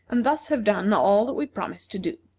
and thus have done all that we promised to do.